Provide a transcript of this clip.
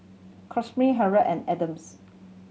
Kamryn Harriett and Adams